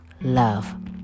love